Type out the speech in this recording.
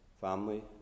family